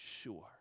sure